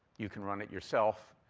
you can run it yourself.